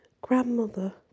Grandmother